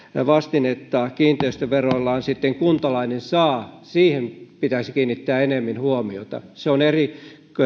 vastinetta kiinteistöveroillaan kuntalainen saa siihen pitäisi kiinnittää enemmän huomiota se vastine on eri